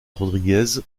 rodriguez